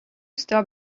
stop